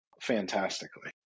fantastically